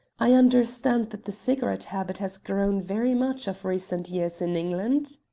i understand that the cigarette habit has grown very much of recent years in england?